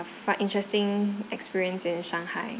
fun interesting experience in shanghai